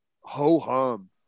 ho-hum